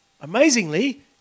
amazingly